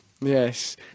Yes